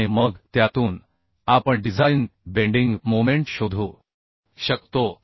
आणि मग त्यातून आपण डिझाइन बेंडिंग मोमेंट शोधू शकतो